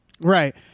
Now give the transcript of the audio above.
Right